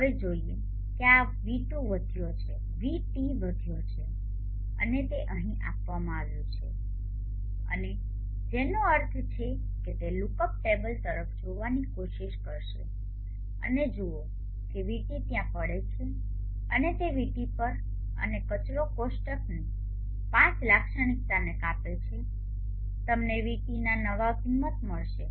હવે ચાલો જોઈએ કે આ vT વધ્યો છે અને તે અહીં આપવામાં આવ્યું છે અને જેનો અર્થ છે કે તે લુકઅપ ટેબલ તરફ જોવાની કોશિશ કરશે અને જુઓ કે vT ત્યાં પડે છે અને તે vT પર અને કચરો કોષ્ટકની IV લાક્ષણિકતાને કાપે છે તમને vT ના નવા કિંમત મળશે